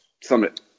Summit